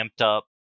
amped-up